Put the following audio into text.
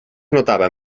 notava